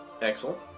Excellent